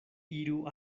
iru